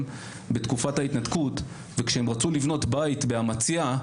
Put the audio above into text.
בתקופת ההתנתקות וכשהם רצו לבנות בית באמציה,